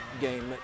game